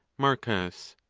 marcus.